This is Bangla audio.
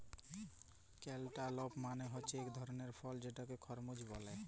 ক্যালটালপ মালে হছে ইক ধরলের ফল যেটাকে খরমুজ ব্যলে